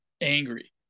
angry